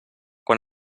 quan